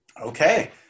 Okay